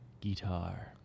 guitar